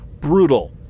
brutal